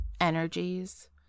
energies